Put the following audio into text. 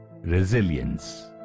resilience